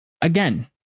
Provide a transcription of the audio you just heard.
again